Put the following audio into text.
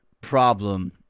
problem